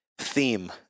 theme